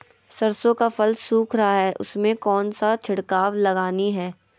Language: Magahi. सरसो का फल सुख रहा है उसमें कौन सा छिड़काव लगानी है?